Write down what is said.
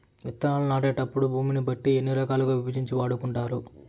విత్తనాలు నాటేటప్పుడు భూమిని బట్టి ఎన్ని రకాలుగా విభజించి వాడుకుంటారు?